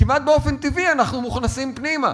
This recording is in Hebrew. כמעט באופן טבעי אנחנו מוכנסים פנימה,